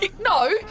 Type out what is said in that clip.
No